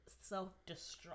self-destruct